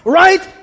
right